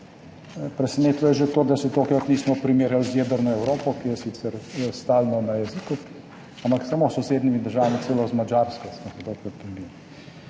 Presenetilo je že to, da se tokrat nismo primerjali z jedrno Evropo, ki je sicer stalno na jeziku, ampak samo s sosednjimi državami, celo z Madžarsko smo se tokrat primerjali.